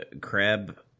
crab